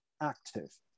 active